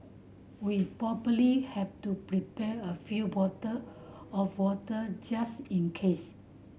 we probably have to prepare a few bottle of water just in case